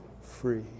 free